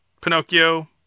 Pinocchio